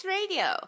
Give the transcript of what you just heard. Radio